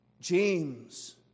James